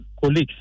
colleagues